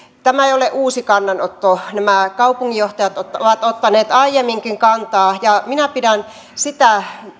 tämä ei ole uusi kannanotto nämä kaupunginjohtajat ovat ottaneet aiemminkin kantaa ja minä pidän sitä